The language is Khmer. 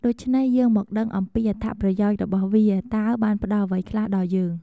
ដូច្នេះយើងមកដឹងអំពីអត្ថប្រយោជន៍របស់វាតើបានផ្ដល់អ្វីខ្លះដល់យើង។